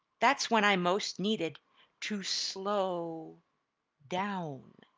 that's when i most needed to slow down,